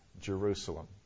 Jerusalem